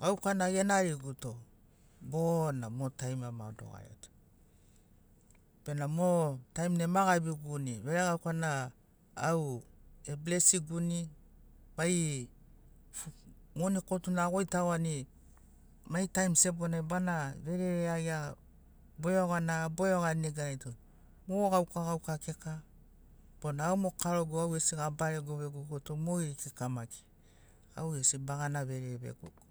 gauka na genariguto bona mo taim ma ama dogariato. Bena mo taim na ema gabiguni veregauka na au e blesiguni mai moni kotuna agoitagoani mai taim sebonai bana verere iagia boiogana a boiogani neganai tu mo gauka gauka kika bona au mo karogu au gesi gabarego vegogoto mogeri kika maki au gesi bagana verere vegogo